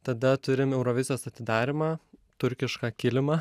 tada turim eurovizijos atidarymą turkišką kilimą